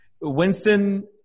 Winston